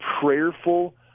prayerful